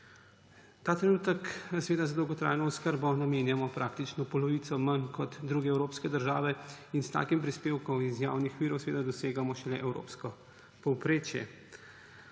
Ta trenutek za dolgotrajno oskrbo namenjamo praktično polovico manj kot druge evropske države in s takim prispevkom iz javnih virov seveda dosegamo šele evropsko povprečje.